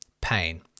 pain